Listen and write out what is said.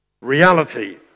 Reality